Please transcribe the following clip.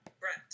Brent